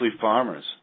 farmers